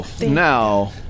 Now